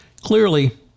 Clearly